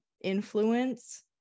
influence